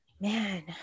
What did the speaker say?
Man